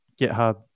GitHub